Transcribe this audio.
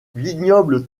vignoble